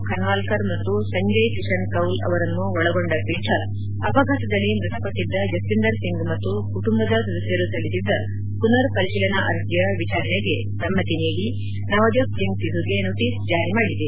ಖನ್ವಾಲ್ಗರ್ ಮತ್ತು ಸಂಜಯ್ ಕಿಶನ್ ಕೌಲ್ ಅವರನ್ನು ಒಳಗೊಂಡ ಪೀಠ ಅಪಘಾತದಲ್ಲಿ ಮೃತಪಟ್ಟಿದ್ದ ಜಸ್ವಿಂಧರ್ ಸಿಂಗ್ ಮತ್ತು ಕುಟುಂಬದ ಸದಸ್ಯರು ಸಲ್ಲಿಸಿದ್ದ ಮನರ್ ಪರಿಶೀಲನಾ ಅರ್ಜಿಯ ವಿಚಾರಣೆಗೆ ಸಮ್ತಿ ನೀಡಿ ನವಜೋತ್ ಸಿಂಗ್ ಸಿಧುಗೆ ನೋಟಿಸ್ ಜಾರಿ ಮಾಡಿದೆ